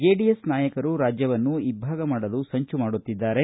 JDS ನಾಯಕರು ರಾಜ್ವವನ್ನು ಇಬ್ಬಾಗ ಮಾಡಲು ಸಂಚು ಮಾಡುತ್ತಿದ್ದಾರೆ